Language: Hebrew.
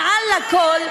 מעל הכול,